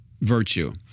virtue